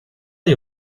you